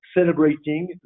celebrating